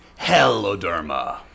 Heloderma